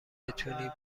بتونی